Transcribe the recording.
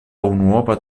unuopa